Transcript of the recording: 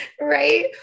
Right